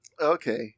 Okay